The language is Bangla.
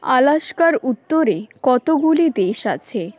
আলাস্কার উত্তরে কতগুলি দেশ আছে